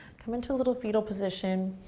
come into a little fetal position.